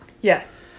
Yes